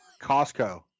Costco